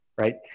right